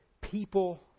people